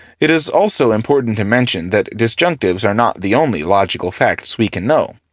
it is also important to mention that disjunctives are not the only logical facts we can know.